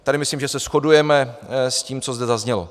Tady myslím, že se shodujeme s tím, co zde zaznělo.